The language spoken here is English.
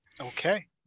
Okay